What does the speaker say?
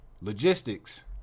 Logistics